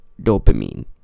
dopamine